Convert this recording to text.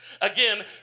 Again